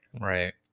Right